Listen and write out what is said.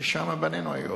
שישה מבנינו היו הולכים.